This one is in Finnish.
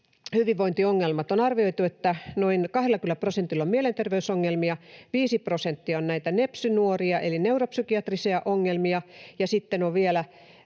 hyvinvointiongelmat: On arvioitu, että noin 20 prosentilla on mielenter-veysongelmia. 5 prosenttia on näitä nepsy-nuoria — eli neuropsykiatrisia ongelmia — ja sitten on vielä